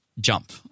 jump